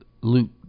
Luke